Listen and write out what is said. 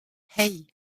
hey